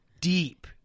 deep